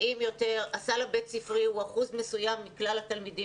הסל הבית ספרי הוא אחוז מסוים מכלל התלמידים